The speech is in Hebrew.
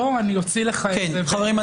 בוא -- חברים,